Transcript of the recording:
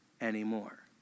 anymore